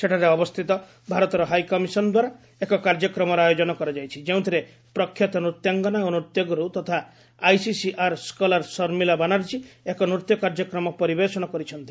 ସେଠାରେ ଅବସ୍ଥିତ ଭାରତର ହାଇ କମିଶନ୍ଦ୍ୱାରା ଏକ କାର୍ଯ୍ୟକ୍ରମର ଆୟୋଜନ କରାଯାଇଛି ଯେଉଁଥିରେ ପ୍ରଖ୍ୟାତ ନୃତ୍ୟାଙ୍ଗନା ଓ ନୃତ୍ୟଗୁରୁ ତଥା ଆଇସିସିଆର୍ ସ୍କଲାର୍ ଶର୍ମିଲା ବାନାର୍ଜୀ ଏକ ନୃତ୍ୟ କାର୍ଯ୍ୟକ୍ରମ ପରିବେଶଣ କରିଛନ୍ତି